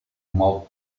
mob